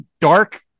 dark